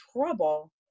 trouble